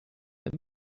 let